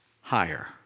higher